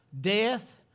death